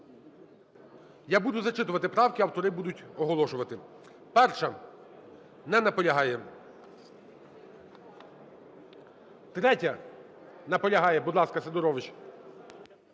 Я буду зачитувати правки, автори будуть оголошувати. 1-а. Не наполягає. 3-я. Наполягає. Будь ласка, Сидорович.